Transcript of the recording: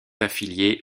affilié